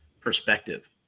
perspective